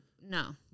no